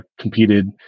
competed